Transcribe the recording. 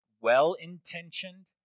well-intentioned